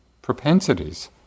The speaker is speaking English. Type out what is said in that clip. propensities